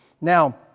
Now